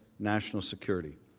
national security.